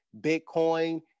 Bitcoin